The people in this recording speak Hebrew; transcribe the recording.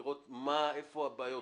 לראות איפה הבעיות.